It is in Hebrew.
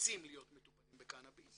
רוצים להיות מטופלים בקנאביס